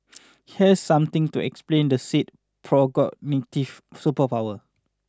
here's something to explain the said precognitive superpower